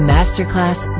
Masterclass